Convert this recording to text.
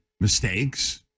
mistakes